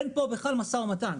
אין פה בכלל משא ומתן.